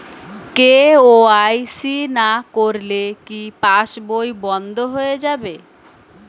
KYC না করলে কি পাশবই বন্ধ হয়ে যাবে?